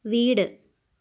വീട്